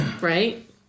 right